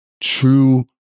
true